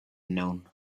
known